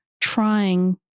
trying